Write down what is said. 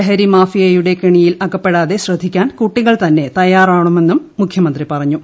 ലഹരി മാഫിയയുടെ കെണിയിൽ അകപ്പെടാതെ ശ്രദ്ധിക്കാൻ കുട്ടികൾ തന്നെ തയ്യാറാവണമെന്നും മുഖ്യമന്ത്രി പറഞ്ഞു